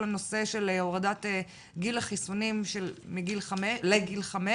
הנושא של הורדת גיל החיסונים לגיל חמש.